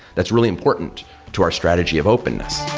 that's really important to our strategy of openness.